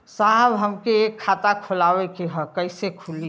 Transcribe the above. साहब हमके एक खाता खोलवावे के ह कईसे खुली?